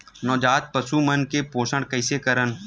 नवजात पशु मन के पोषण कइसे करन?